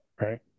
Right